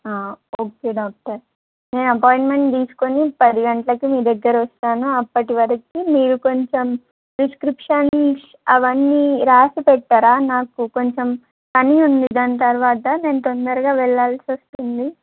okay doctor నేను appointment తీసుకొని పది గంటలకి మీ దగ్గర వస్తాను అప్పటివరకి మీరు కొంచెం ప్రిస్క్రిప్షన్ అవన్నీ రాసిపెట్టరా నాకు కొంచెం పని ఉంది దాని తర్వాత నేను తొందరగా వెళ్లాాల్సి వస్తుంది